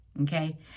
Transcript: okay